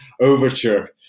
overture